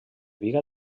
biga